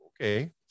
Okay